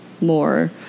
more